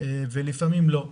ולפעמים לא.